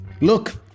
Look